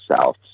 south